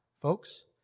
folks